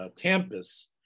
campus